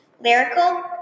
Lyrical